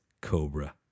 Cobra